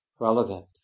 relevant